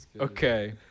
Okay